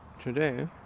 Today